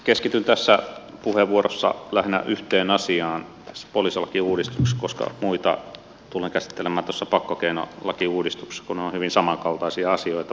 keskityn tässä puheenvuorossa lähinnä yhteen asiaan tässä poliisilakiuudistuksessa koska muita tulen käsittelemään tuossa pakkokeinolakiuudistuksessa kun ne ovat hyvin samankaltaisia asioita